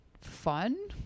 fun